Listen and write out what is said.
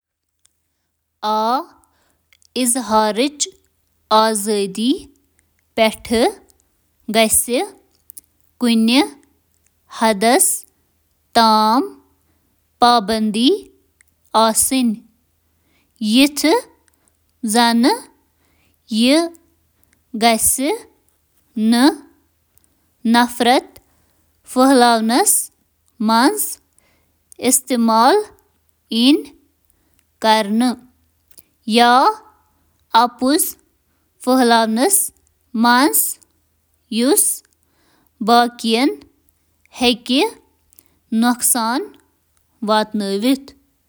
آ، اظہارِ اظہارٕچ آزٲدی گژھہِ حدٕ آسٕنۍ: ہتک عزت ہتک عزت چھُ اکھ غلط بیان یُس کٲنٛسہِ ہٕنٛدِس شۄہرتس نقصان چھُ واتناوان۔ فحاشی، وقت، جاے تْہ طریقہٕ تقریر، مقام تہٕ طریقہٕ کس بنیادس پیٹھ ہیکہٕ تقریر محدود أستھ۔